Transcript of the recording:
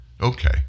Okay